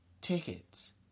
tickets